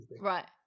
Right